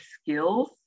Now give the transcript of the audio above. skills